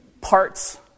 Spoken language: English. parts